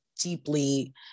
deeply